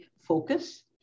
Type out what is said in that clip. focus